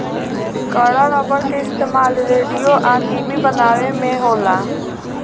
कड़ा रबड़ के इस्तमाल रेडिओ आ टी.वी बनावे में होला